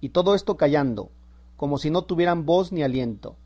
y todo esto callando como si no tuvieran voz ni aliento